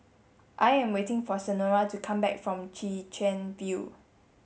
I am waiting for Senora to come back from Chwee Chian View